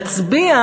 להצביע